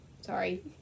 Sorry